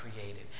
created